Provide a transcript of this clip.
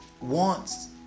wants